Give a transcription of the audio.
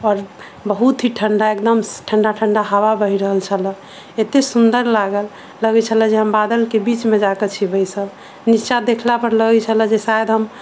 आओर बहुत ही ठंडा एकदम ठंडा ठंडा हवा बहि रहल छलै एते सुन्दर लागल लगै छलै जे हम बादल के बीच मे जाके छी बैसल नीचाँ देखला पर लगै छलै शायद हम